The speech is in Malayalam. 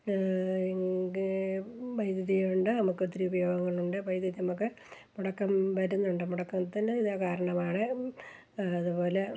എങ്കിൽ വൈദ്യുതിയുണ്ട് നമുക്കൊത്തിരി ഉപയോഗങ്ങളുണ്ട് വൈദ്യുതി നമുക്ക് മുടക്കം വരുന്നുണ്ട് മുടക്കത്തിന് ഇതു കാരണമാണ് അതുപോലെ